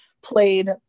played